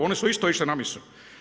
Oni su isto išli na misu.